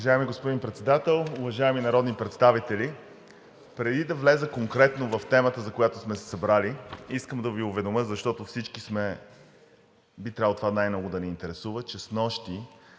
Уважаеми господин Председател, уважаеми народни представители! Преди да вляза конкретно в темата, за която сме се събрали, искам да Ви уведомя, защото всички би трябвало това най-много да ни интересува, че снощи,